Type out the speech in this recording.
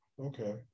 Okay